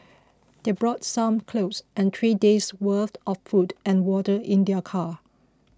they brought some clothes and three days' worth of food and water in their car